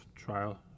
trial